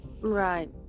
right